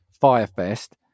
#Firefest